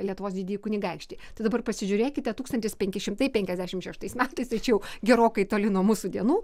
lietuvos didįjį kunigaikštį tai dabar pasižiūrėkite tūkstantis penki šimtai penkiasdešimt šeštais metais tai čia jau gerokai toli nuo mūsų dienų